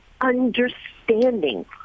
understanding